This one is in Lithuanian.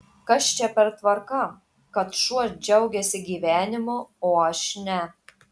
kas čia per tvarka kad šuo džiaugiasi gyvenimu o aš ne